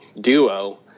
duo